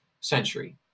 century